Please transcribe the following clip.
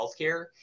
healthcare